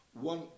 one